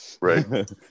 right